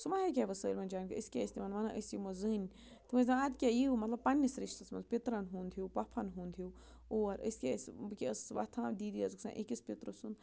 سُہ ما ہیٚکہِ ہا پَتہٕ سٲلمَن جاین گٔہ أسۍ کیٛاہ ٲسۍ تِمَن وَنان أسۍ یِمو زٔنۍ تِم ٲسۍ دپان اَدٕ کیٛاہ یِیِو مطلب پنٛنِس رِشتَس منٛز پتَنرَن ہُنٛد ہیوٗ پۄپھَن ہُنٛد ہیوٗ اور أسۍ کیٛاہ ٲسۍ بہٕ کیاہ ٲسٕس وۄتھان دیٖدی ٲس گژھان أکِس پیٚترٕ سُنٛد